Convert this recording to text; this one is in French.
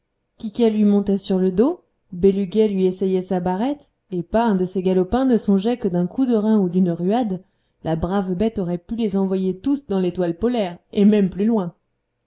quiquet lui montait sur le dos béluguet lui essayait sa barrette et pas un de ces galopins ne songeait que d'un coup de reins ou d'une ruade la brave bête aurait pu les envoyer tous dans l'étoile polaire et même plus loin